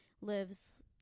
lives